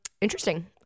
interesting